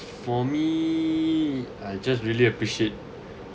for me I just really appreciate